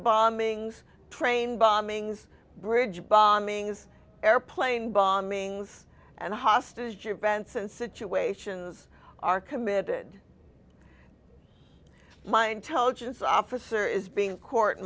bombings train bombings bridge bombings airplane bombings and hostage events and situations are committed my intelligence officer is being court